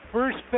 First